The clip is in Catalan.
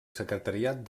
secretariat